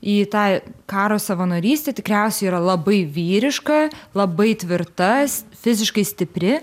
į tą karo savanorystę tikriausiai yra labai vyriška labai tvirta fiziškai stipri